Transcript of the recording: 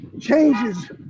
changes